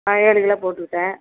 ஆ ஏழு கிலோ போட்டுக்கிட்டேன்